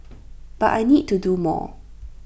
but I need to do more